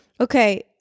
okay